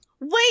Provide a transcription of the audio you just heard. Wait